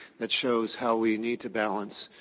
that shows how we need to balance